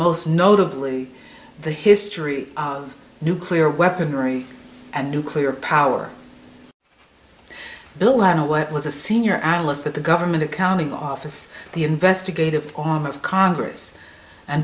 most notably the history of nuclear weaponry and nuclear power bill what was a senior analyst at the government accounting office the investigative arm of congress and